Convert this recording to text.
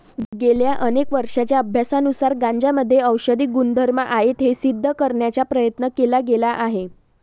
गेल्या अनेक वर्षांच्या अभ्यासानुसार गांजामध्ये औषधी गुणधर्म आहेत हे सिद्ध करण्याचा प्रयत्न केला गेला आहे